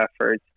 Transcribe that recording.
efforts